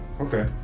Okay